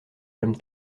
même